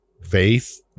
Faith